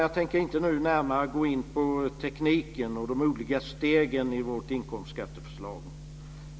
Jag tänker inte nu närmare gå in på tekniken och de olika stegen i vårt inkomstskatteförslag.